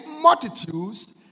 multitudes